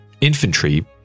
Infantry